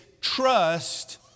trust